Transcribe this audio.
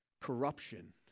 corruption